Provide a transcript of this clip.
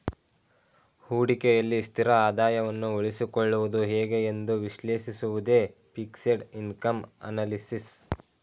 ಹೂಡಿಕೆಯಲ್ಲಿ ಸ್ಥಿರ ಆದಾಯವನ್ನು ಉಳಿಸಿಕೊಳ್ಳುವುದು ಹೇಗೆ ಎಂದು ವಿಶ್ಲೇಷಿಸುವುದೇ ಫಿಕ್ಸೆಡ್ ಇನ್ಕಮ್ ಅನಲಿಸಿಸ್